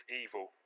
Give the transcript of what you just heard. evil